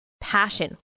passion